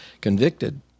convicted